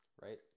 right